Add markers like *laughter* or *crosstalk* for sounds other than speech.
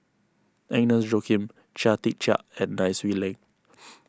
Agnes Joaquim Chia Tee Chiak and Nai Swee Leng *noise*